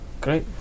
great